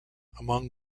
among